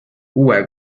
uue